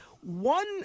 One